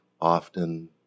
often